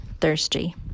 Thirsty